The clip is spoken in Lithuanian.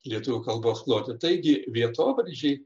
lietuvių kalbos plote taigi vietovardžiai